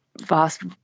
vast